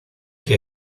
que